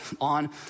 on